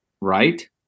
right